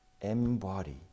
embody